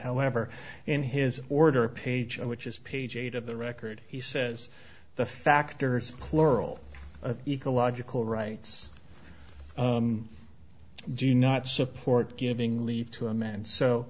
however in his order page on which is page eight of the record he says the factors plural ecological rights do not support giving leave to a man so